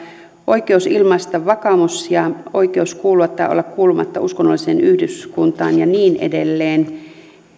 oikeus ilmaista vakaumus ja oikeus kuulua tai olla kuulumatta uskonnolliseen yhdyskuntaan ja niin edelleen